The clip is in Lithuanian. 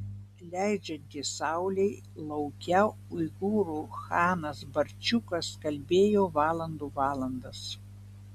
leidžiantis saulei lauke uigūrų chanas barčiukas kalbėjo valandų valandas